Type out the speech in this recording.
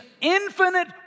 infinite